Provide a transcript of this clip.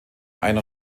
ein